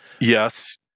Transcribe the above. Yes